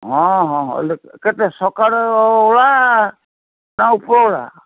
ହଁ ହଁ ହେଲେ କେତେ ସକାଳ ଓଳା ନା ଉପରଓଳା